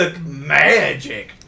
magic